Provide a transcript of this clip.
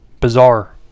bizarre